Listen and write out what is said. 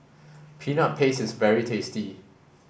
peanut paste is very tasty